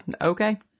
okay